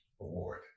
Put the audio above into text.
award